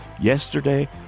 Yesterday